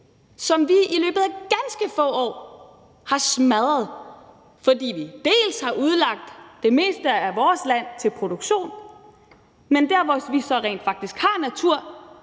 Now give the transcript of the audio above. som vi i løbet af ganske få år har smadret, fordi vi har udlagt det meste af vores land til produktion. Men der, hvor vi så rent faktisk har natur,